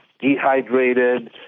dehydrated